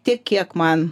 tiek kiek man